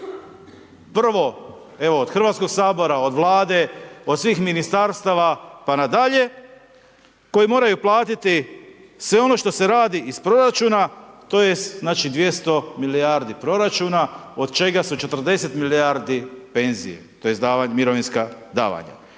Prvo, evo, od HS-a, od Vlade, od svim Ministarstava, pa na dalje, koji moraju platiti sve ono što se radi iz proračuna, tj. znači, 200 milijardi proračuna, od čega su 40 milijardi penzije tj. mirovinska davanja.